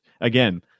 Again